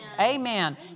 Amen